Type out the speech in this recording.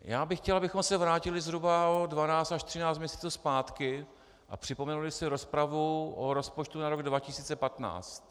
Já bych chtěl, abychom se vrátili zhruba o 12 až 13 měsíců zpátky a připomenuli si rozpravu o rozpočtu na rok 2015.